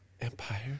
Empire